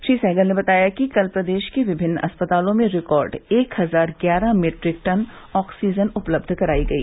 श्री सहगल ने बताया कि कल प्रदेश के विभिन्न अस्पतालों में रिकॉर्ड एक हजार ग्यारह मीट्रिक टन ऑक्सीजन उपलब्ध कराई गई